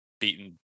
beaten